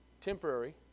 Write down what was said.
temporary